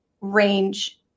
range